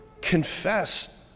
confess